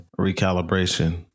recalibration